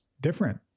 different